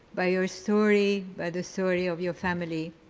by your story, by the story of your family,